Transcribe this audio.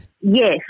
Yes